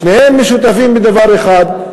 לשניהם משותף דבר אחד,